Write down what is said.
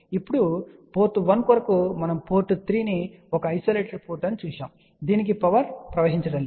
ఇప్పుడు పోర్ట్ 1 కొరకు మనం పోర్ట్ 3 ఒక ఐసోలేటెడ్ పోర్టు అని చూశాము దీనికి పవర్ ప్రవహించడం లేదు